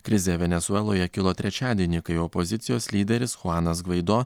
krizė venesueloje kilo trečiadienį kai opozicijos lyderis chuanas gvaido